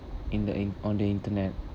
in the in on the internet